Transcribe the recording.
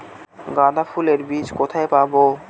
গাঁদা ফুলের বীজ কোথায় পাবো?